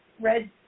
red